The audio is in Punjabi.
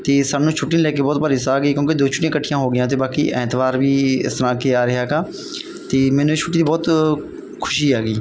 ਅਤੇ ਸਾਨੂੰ ਛੁੱਟੀ ਨੂੰ ਲੈ ਕੇ ਬਹੁਤ ਭਾਰੀ ਉਤਸ਼ਾਹ ਕੀ ਕਿਉਂਕਿ ਦੋ ਛੁੱਟੀਆਂ ਇਕੱਠੀਆਂ ਹੋਗੀਆਂ ਅਤੇ ਬਾਕੀ ਐਤਵਾਰ ਵੀ ਇਸ ਤਰ੍ਹਾਂ ਕਿ ਆ ਰਿਹਾ ਹੈਗਾ ਅਤੇ ਮੈਨੂੰ ਛੁੱਟੀ ਬਹੁਤ ਖੁਸ਼ੀ ਆ ਗਈ